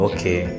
Okay